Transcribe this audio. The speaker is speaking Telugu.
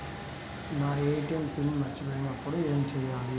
నా ఏ.టీ.ఎం పిన్ మర్చిపోయినప్పుడు ఏమి చేయాలి?